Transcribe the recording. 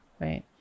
right